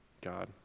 God